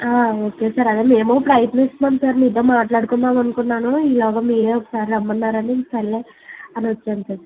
okay sir అయిన మేము ప్రయత్నిస్తున్నాము సార్ మీతో మాట్లాడుకుందాం అనుకున్నాను ఈలోగా మీరే ఒకసారి రమ్మన్నారు అని సర్లే అని వచ్చాను సార్